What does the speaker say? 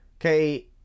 Okay